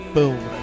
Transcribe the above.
Boom